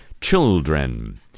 children